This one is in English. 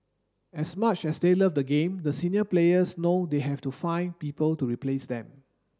as much as they love the game the senior players know they have to find people to replace them